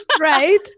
Right